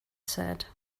said